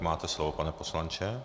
Máte slovo, pane poslanče.